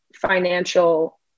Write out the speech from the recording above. financial